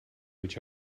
each